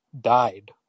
died